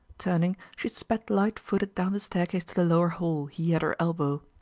turning, she sped light-footed down the staircase to the lower hall, he at her elbow.